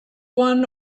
one